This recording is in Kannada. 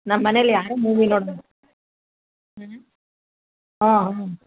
ನಮ್ಮ ಮನೇಲಿ ಯಾರೂ ಮೂವಿ ನೋಡಲ್ಲ ಆಂ ಹ್ಞೂ ಹಾಂ ಹಾಂ